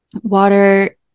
water